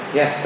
yes